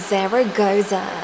Zaragoza